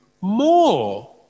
more